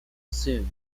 soon